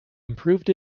improved